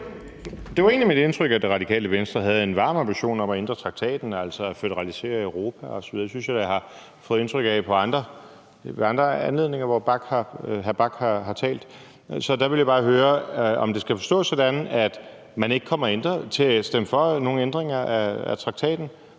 Det var egentlig mit indtryk, at Radikale Venstre havde en varm ambition om at ændre traktaten, altså føderalisere Europa osv. Det synes jeg da jeg har fået indtryk af ved andre anledninger, hvor hr. Christian Friis Bach har talt. Så der vil jeg bare høre, om det skal forstås sådan, at man ikke kommer til at stemme for nogen ændringer af traktaten